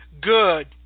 good